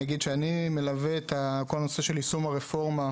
אני אגיד שאני מלווה את כל הנושא של יישום הרפורמה,